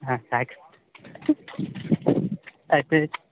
ಹಾಂ ಸಾಕು ಆಯ್ತು ಸರಿ